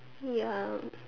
ya